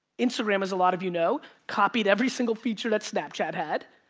instagram, as a lot of you know, copied every single feature that snapchat had,